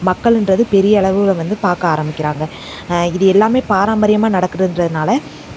மக்களுன்றது பெரிய அளவில் வந்து பார்க்க ஆரம்பிக்கிறாங்க இது எல்லாமே பாரம்பரியமாக நடக்கிறதுன்றதுனால